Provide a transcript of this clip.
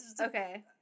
Okay